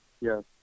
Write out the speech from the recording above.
Yes